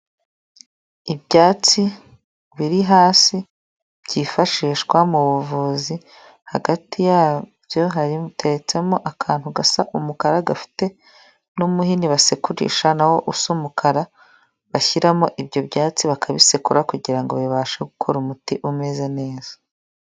Ibyatsi biri hasi byifashishwa mu buvuzi hagati yabyo hateretsemo akantu gasa n'umukara gafite n'umuhini basekurisha, nawo usa umukara bashyiramo ibyo byatsi bakabisekura kugira bibashe gukora umuti umeze neza.